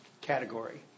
category